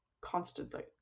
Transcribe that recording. constantly